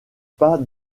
pas